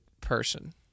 person